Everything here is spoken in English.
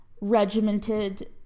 regimented